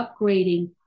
upgrading